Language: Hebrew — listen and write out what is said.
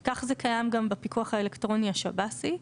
וכך זה קיים גם בפיקוח האלקטרוני השב"סי.